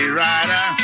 rider